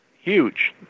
huge